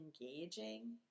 engaging